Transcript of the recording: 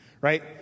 right